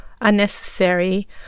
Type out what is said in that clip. unnecessary